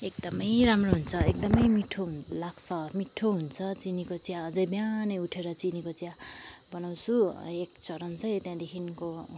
एकदमै राम्रो हुन्छ एकदमै मिठो लाग्छ मिठो हुन्छ चिनीको चिया अझै बिहानै उठेर चिनीको चिया बनाउँछु एक चरण चाहिँ त्यहाँदेखिको